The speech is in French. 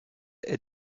est